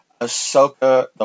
Ahsoka